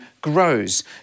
grows